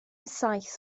saith